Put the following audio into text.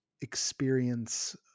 experience